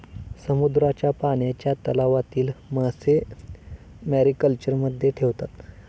समुद्राच्या पाण्याच्या तलावातील मासे मॅरीकल्चरमध्ये ठेवतात